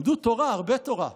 למדו תורה, הרבה תורה.